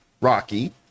Rocky